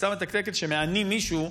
פצצה מתקתקת היא שמענים מישהו,